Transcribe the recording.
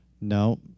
No